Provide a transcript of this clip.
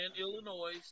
Illinois